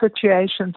situations